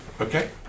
Okay